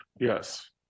Yes